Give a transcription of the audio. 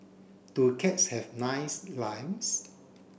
do cats have nice lives